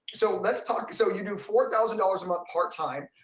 so let's talk. so you do four thousand dollars a month part-time.